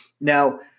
now